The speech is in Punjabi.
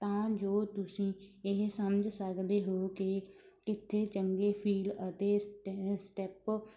ਤਾਂ ਜੋ ਤੁਸੀਂ ਇਹ ਸਮਝ ਸਕਦੇ ਹੋ ਕਿ ਕਿੱਥੇ ਚੰਗੇ ਫੀਲ ਅਤੇ ਸਟੈ ਸਟੈਪ